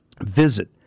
Visit